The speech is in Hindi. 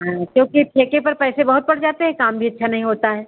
हाँ क्योंकि ठेके पर पैसे बहुत पड़ जाते हैं काम भी अच्छा नहीं होता है